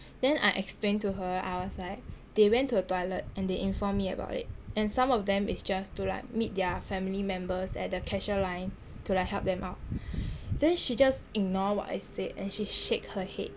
then I explained to her I was like they went to the toilet and they informed me about it and some of them is just to like meet their family members at the cashier line to like help them out then she just ignore what I said and she shake her head